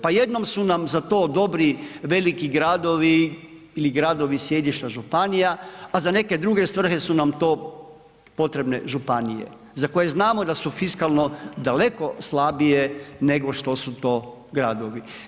Pa jednom su nam za to dobri veliki gradovi ili gradovi sjedišta županija a za neke druge svrhe su na to potrebne županije za koje znamo da su fiskalno daleko slabije nego što su to gradovi.